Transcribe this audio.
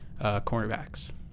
cornerbacks